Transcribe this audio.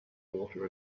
water